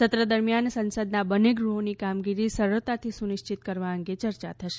સત્ર દરમિયાન સંસદના બંને ગૃહોની કામગીરી સરળતાથી સુનિશ્ચિત કરવા અંગે ચર્ચા થશે